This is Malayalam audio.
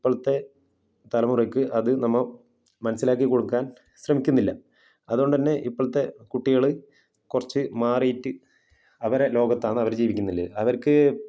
ഇപ്പോഴത്തെ തലമുറയ്ക്ക് അത് നമ്മള് മനസ്സിലാക്കി കൊടുക്കാൻ ശ്രമിക്കുന്നില്ല അതുകൊണ്ടുതന്നെ ഇപ്പോഴത്തെ കുട്ടികള് കുറച്ച് മാറിയിട്ട് അവരുടെ ലോകത്താണ് അവര് ജീവിക്കുന്നില്ലേ അവർക്ക്